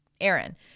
Aaron